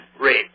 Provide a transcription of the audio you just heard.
rate